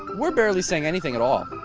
we're barely saying anything at all.